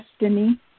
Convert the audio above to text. Destiny